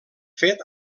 fet